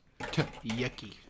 Yucky